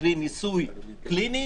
קרי ניסוי קליני,